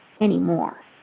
anymore